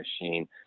machine